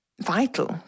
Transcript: vital